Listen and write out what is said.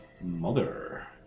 Mother